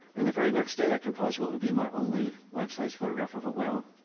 and the very next day i composed what would be my only life-size photograph of a whale.